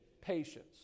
patience